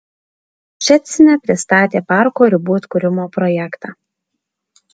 ščecine pristatė parko ribų atkūrimo projektą